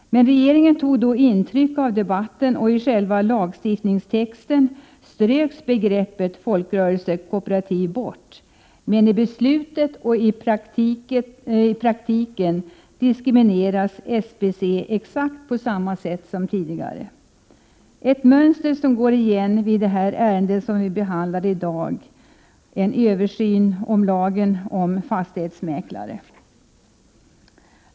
Regeringen tog då intryck av debatten, och i själva lagstiftningstexten ströks begreppet folkrörelsekooperativ bort. Men i beslutet och i praktiken diskrimineras SBC exakt på samma sätt som tidigare. Det är ett mönster som går igen i det ärende som vi behandlar i dag, en översyn av lagen om fastighetsmäklare.